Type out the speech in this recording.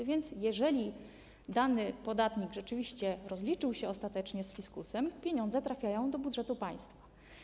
A więc jeżeli dany podatnik rzeczywiście rozliczył się ostatecznie z fiskusem, pieniądze trafiają do budżetu państwa.